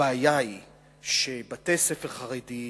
הבעיה היא שבתי-ספר חרדיים